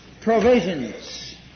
provisions